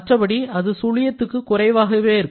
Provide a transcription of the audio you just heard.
மற்றபடி அது சுழியத்திற்கு குறைவாக இருக்கும்